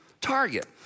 target